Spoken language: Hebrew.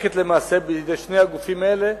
מתחלקת למעשה בין שני הגופים האלה,